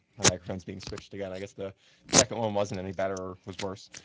microphone is being switched again, i guess the second one wasn't any better or was worse